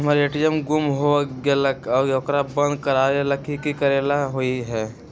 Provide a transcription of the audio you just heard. हमर ए.टी.एम गुम हो गेलक ह ओकरा बंद करेला कि कि करेला होई है?